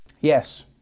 Yes